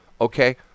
okay